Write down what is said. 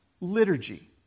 liturgy